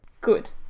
Good